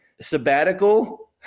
sabbatical